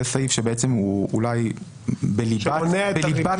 זה סעיף שהוא אולי בעצם בליבת